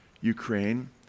Ukraine